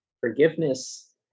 forgiveness